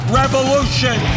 revolution